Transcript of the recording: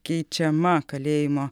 keičiama kalėjimo